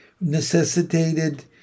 necessitated